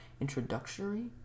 introductory